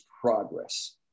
progress